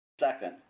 Second